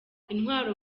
intwaro